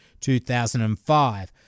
2005